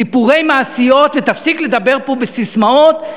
סיפורי מעשיות, ותפסיק לדבר פה בססמאות.